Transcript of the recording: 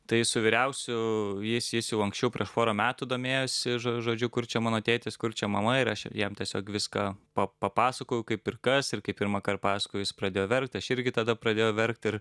tai su vyriausiu jis jis jau anksčiau prieš porą metų domėjosi žo žodžiu kur čia mano tėtis kur čia mama ir aš jam tiesiog viską pa papasakojau kaip ir kas ir kaip pirmąkart paskui jis pradėjo verkt aš irgi tada pradėjau verkt ir